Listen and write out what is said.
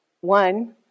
One